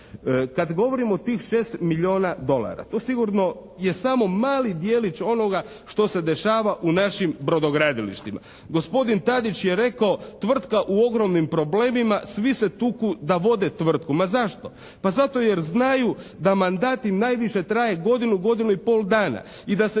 Kad govorim o tih 6 milijuna dolara to sigurno je samo mali djelić onoga što se dešava u našim brodogradilištima. Gospodin Tadić je rekao tvrtka u ogromnim problemima, svi se tuku da vode tvrtku. Ma zašto? Ma zato jer znaju da mandat im najviše traje godinu, godinu i pol dana i da se